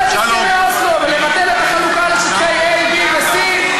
את הסכמי אוסלו ולבטל את החלוקה לשטחי A ו-C,